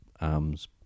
arm's